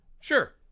Sure